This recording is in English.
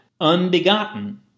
unbegotten